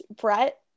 Brett